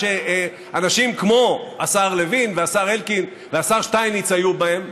שאנשים כמו השר לוין והשר אלקין והשר שטייניץ היו בהן,